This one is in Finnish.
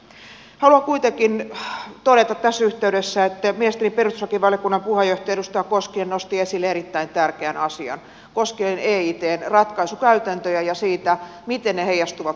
haluan kuitenkin todeta tässä yhteydessä että mielestäni perustuslakivaliokunnan puheenjohtaja edustaja koskinen nosti esille erittäin tärkeän asian koskien eitn ratkaisukäytäntöjä ja sitä miten ne heijastuvat suomalaiseen lainsäädäntöön